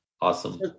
Awesome